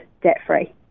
debt-free